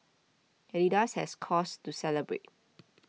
Adidas has cause to celebrate